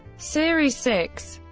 series six